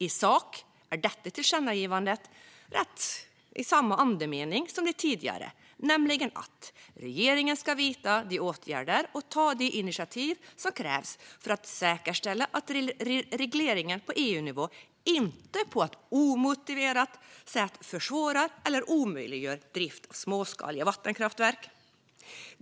I sak har detta tillkännagivande samma andemening som de tidigare, nämligen att regeringen ska vidta de åtgärder och ta de initiativ som krävs för att säkerställa att regleringen på EU-nivå inte på ett omotiverat sätt försvårar eller omöjliggör drift av småskaliga vattenkraftverk.